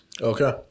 Okay